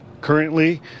currently